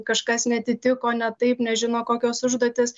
kažkas neatitiko ne taip nežino kokios užduotys